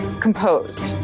composed